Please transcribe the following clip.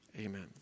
Amen